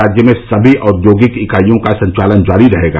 राज्य में समी औद्योगिक इकाइयों का संचालन जारी रहेगा